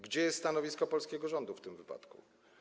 Gdzie jest stanowisko polskiego rządu w tym wypadku?